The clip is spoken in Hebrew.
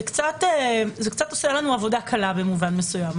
זה קצת עושה לנו עבודה קלה במובן מסוים,